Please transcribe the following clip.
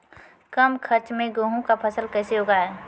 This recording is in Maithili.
कम खर्च मे गेहूँ का फसल कैसे उगाएं?